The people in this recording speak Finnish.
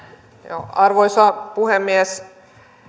arvoisa puhemies